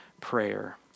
prayer